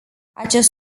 acest